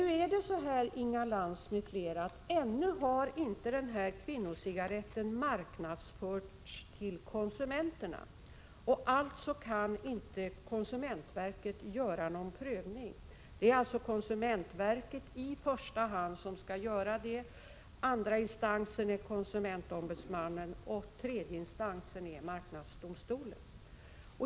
Nu är det emellertid så, Inga Lantz m.fl., att denna kvinnocigarett ännu inte har marknadsförts till konsumenterna, och därför kan inte konsumentverket göra någon prövning. Det är alltså i första hand konsumentverket som skall göra det. Andra instans är konsumentombudsmannen och tredje instans marknadsdomstolen.